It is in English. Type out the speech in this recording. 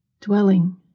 dwelling